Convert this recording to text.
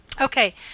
Okay